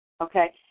okay